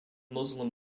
muslim